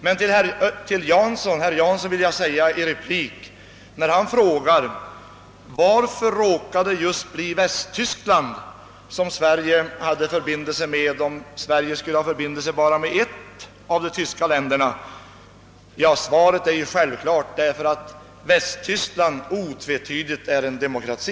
— Men när herr Jansson frågar, varför det råkat bli just Västtyskland som Sverige upptagit förbindelser med och varför Sverige skall ha förbindelser med Västtyskland endast om det skall ha förbindelser med ett av de tyska länderna, vill jag svara: Detta är självklart därför att Västtyskland otvetydigt är en demokrati.